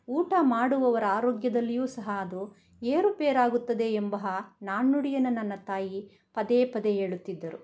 ಊಟ ಮಾಡುವವರ ಆರೋಗ್ಯದಲ್ಲಿಯೂ ಸಹ ಅದು ಏರುಪೇರಾಗುತ್ತದೆ ಎಂಬ ನಾಣ್ಣುಡಿಯನ್ನು ನನ್ನ ತಾಯಿ ಪದೇ ಪದೇ ಹೇಳುತ್ತಿದ್ದರು